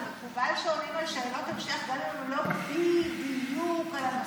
זה מקובל שעונים על שאלות המשך גם אם הן לא בדיוק על הנושא.